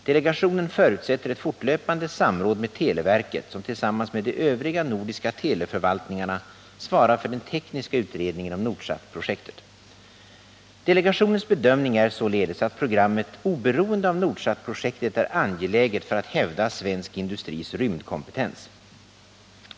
Delegationen förutsätter ett fortlöpande samråd med televerket, som tillsammans med de övriga nordiska teleförvaltningarna svarar för den tekniska utredningen om Nordsatprojektet. Delegationens bedömning är således att programmet oberoende av Nordsatprojektet är angeläget för att hävda svensk industris rymdkompetens.